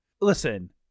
Listen